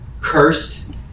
cursed